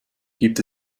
gibt